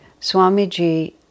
Swamiji